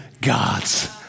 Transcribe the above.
gods